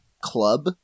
club